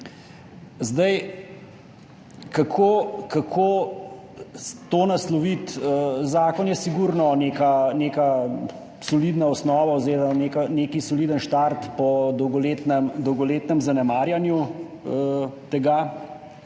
stvar. Kako to nasloviti? Zakon je sigurno neka solidna osnova oziroma nek soliden štart po dolgoletnem zanemarjanju tega.